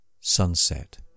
Sunset